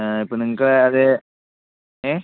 ഇപ്പോൾ നിങ്ങൾക്ക് അത് ഏ